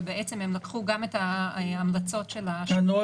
ובעצם הם לקחו גם את ההמלצות --- הנוהל